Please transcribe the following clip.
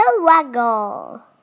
waggle